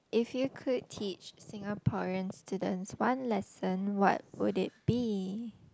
if you could teach Singaporean students one lesson what would it be